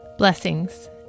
Blessings